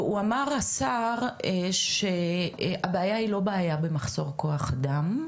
ואמר השר שהבעיה היא לא בעיה במחסור כוח אדם,